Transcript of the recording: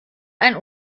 ein